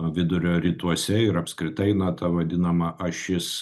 vidurio rytuose ir apskritai na ta vadinama ašis